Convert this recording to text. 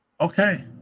Okay